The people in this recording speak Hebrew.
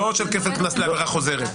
לא כפל קנס לעבירה חוזרת?